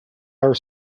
are